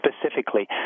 specifically